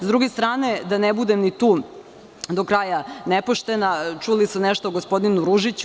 S druge strane, da ne budem ni tu do kraja nepoštena, čuli su nešto o gospodinu Ružiću.